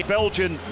Belgian